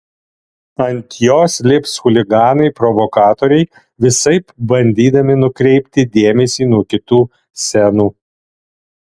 ant jos lips chuliganai provokatoriai visaip bandydami nukreipti dėmesį nuo kitų scenų